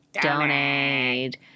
Donate